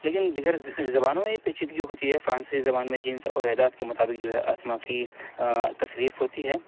لیکن دیگر زبانوں میں بھی پیچیدگی ہوتی ہے فرانسی زبان میں جنس اور اعداد کے مطابق جو ہے اسما کی تصریف ہوتی ہے